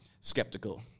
skeptical